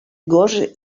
gos